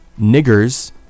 niggers